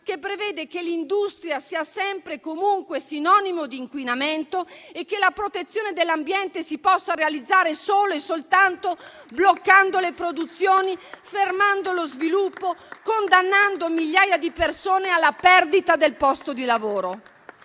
che prevede che l'industria sia sempre e comunque sinonimo di inquinamento e che la protezione dell'ambiente si possa realizzare solo e soltanto bloccando le produzioni, fermando lo sviluppo e condannando migliaia di persone alla perdita del posto di lavoro.